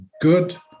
good